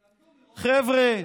חבר'ה,